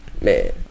Man